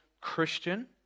Christian